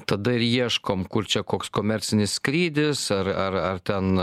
tada ir ieškom kur čia koks komercinis skrydis ar ar ar ten